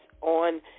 on